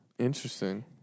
Interesting